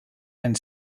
and